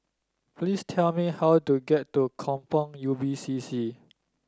please tell me how to get to Kampong Ubi C C